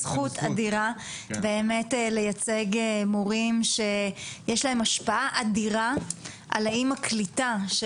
זכות אדירה באמת לייצג מורים שיש להם השפעה אדירה על האם הקליטה של